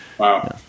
Wow